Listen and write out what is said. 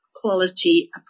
quality